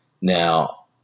Now